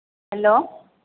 hello